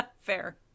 Fair